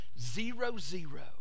zero-zero